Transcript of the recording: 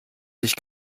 sich